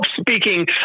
speaking